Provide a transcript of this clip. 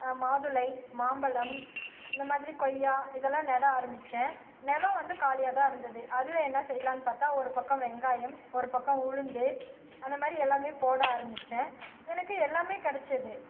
மாதுளை மாம்பழம் இந்த மாதிரி கொய்யா இதெல்லாம் நட ஆரம்மிச்சேன் நெலம் வந்து காலியாக தான் இருந்தது அதில் என்ன செய்யலான் பார்த்தா ஒரு பக்கம் வெங்காயம் ஒரு பக்கம் உளுந்து அந்த மாதிரி எல்லாமே போட ஆரம்மிச்சேன் எனக்கு எல்லாமே கெடைச்சிது